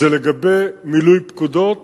זה לגבי מילוי פקודות